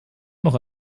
noch